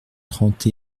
trente